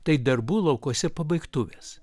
tai darbų laukuose pabaigtuvės